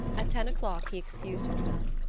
at ten o'clock he excused himself.